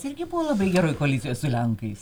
irgi buvo labai geroj koalicijoj su lenkais